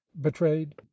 betrayed